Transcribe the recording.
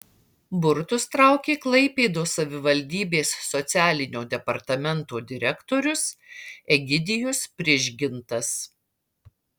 burtus traukė klaipėdos savivaldybės socialinio departamento direktorius egidijus prižgintas